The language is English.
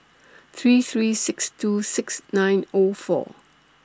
three three six two six nine O four